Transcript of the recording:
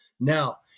Now